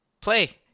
play